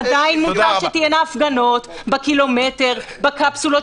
עדיין מותר שתהיינה הפגנות בטווח של